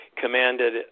commanded